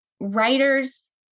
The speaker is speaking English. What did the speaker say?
writers